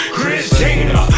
Christina